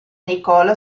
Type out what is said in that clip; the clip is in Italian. nicola